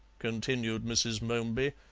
continued mrs. momeby,